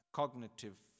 cognitive